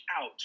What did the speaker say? out